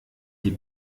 die